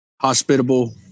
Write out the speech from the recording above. hospitable